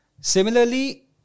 Similarly